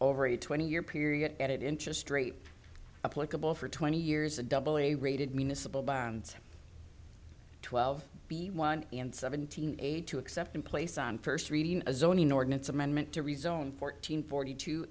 over a twenty year period at it interest rate applicable for twenty years a double a rated municipal bonds twelve b one and seventeen aid to accept in place on first reading a zoning ordinance amendment to rezone fourteen forty two